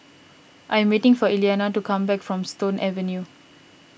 I am waiting for Elianna to come back from Stone Avenue